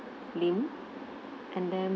lim and then